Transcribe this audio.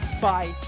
Bye